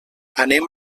anem